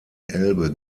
elbe